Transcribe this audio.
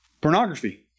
pornography